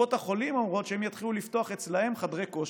שקופות החולים אומרות שהן יתחילו לפתוח אצלן חדרי כושר,